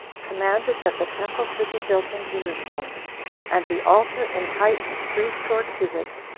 commanded that the temple should be built in jerusalem and the altar in height threescore cubits,